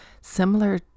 Similar